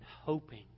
hoping